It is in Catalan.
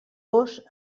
gos